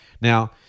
Now